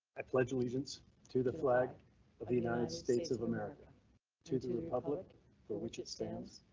i pledge allegiance to the flag of the united states of america to the republic for which it stands,